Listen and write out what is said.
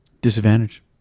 Disadvantage